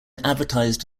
advertised